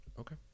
Okay